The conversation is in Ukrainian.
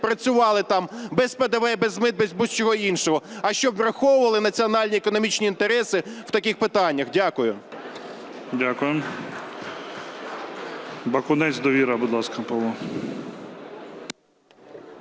працювали там без ПДВ, без мит, без будь-чого іншого, а щоб враховували національні економічні інтереси в таких питаннях. Дякую. ГОЛОВУЮЧИЙ. Дякую. Бакунець, "Довіра". Будь ласка, Павло.